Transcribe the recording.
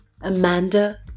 Amanda